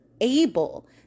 able